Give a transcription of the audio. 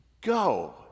Go